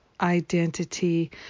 identity